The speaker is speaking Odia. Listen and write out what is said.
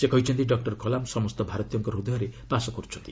ସେ କହିଛନ୍ତି ଡକ୍ଟର କଲାମ୍ ସମସ୍ତ ଭାରତୀୟଙ୍କ ହୃଦୟରେ ବାସ କର୍ଛନ୍ତି